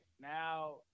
now